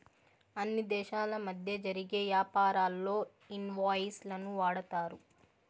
అన్ని దేశాల మధ్య జరిగే యాపారాల్లో ఇన్ వాయిస్ లను వాడతారు